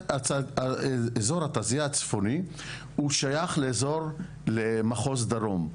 אזור התעשייה הצפוני הוא שייך לאזור, למחוז דרום.